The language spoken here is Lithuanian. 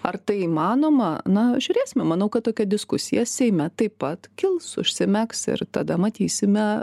ar tai įmanoma na žiūrėsime manau kad tokia diskusija seime taip pat kils užsimegs ir tada matysime